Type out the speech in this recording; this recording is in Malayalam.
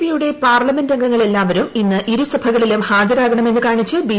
പിയുടെ പാർലമെന്റ് അംഗങ്ങൾ എല്ലാവരും ഇന്ന് ഇരുസഭകളിലും ഹാജരാകണമെന്ന് കാണിച്ച് ബി